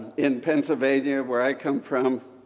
in pennsylvania where i come from,